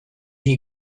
you